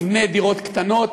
נבנה דירות קטנות,